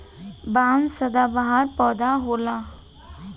बांस सदाबहार पौधा होला